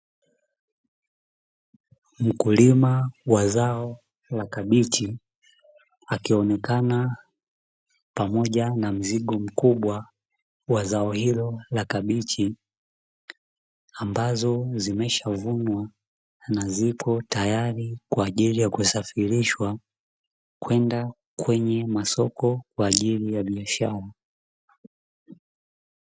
Mkulima wa zao la kabichi akionekana pamoja na mzigo mkubwa wa zao hilo la kabichi, ambazo zimeshavunwa na zipo tayali kwaajili ya kusafirishwa kwenda kwenye masoko kwaajili ya biashara.